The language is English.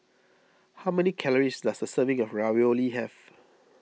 how many calories does a serving of Ravioli have